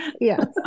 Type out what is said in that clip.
yes